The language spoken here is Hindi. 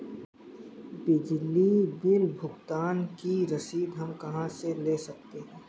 बिजली बिल भुगतान की रसीद हम कहां से ले सकते हैं?